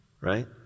Right